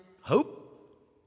hope